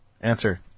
Answer